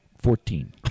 Fourteen